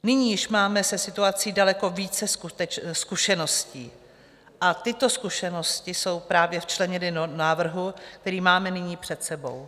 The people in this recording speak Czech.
Nyní již máme se situací daleko více zkušeností a tyto zkušenosti jsou právě včleněny do návrhu, který máme nyní před sebou.